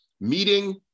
meeting